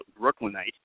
Brooklynite